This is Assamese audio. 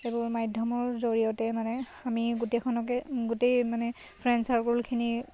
এইবোৰ মাধ্যমৰ জৰিয়তে মানে আমি গোটেইখনকে গোটেই মানে ফ্ৰেণ্ড চাৰ্কুলখিনি